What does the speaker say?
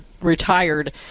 retired